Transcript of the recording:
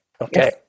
Okay